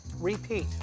repeat